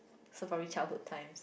so probably childhood time